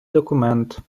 документ